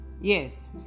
Yes